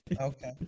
Okay